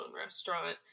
restaurant